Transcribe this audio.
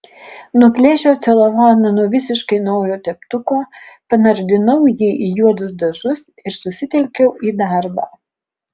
nuplėšiau celofaną nuo visiškai naujo teptuko panardinau jį į juodus dažus ir susitelkiau į darbą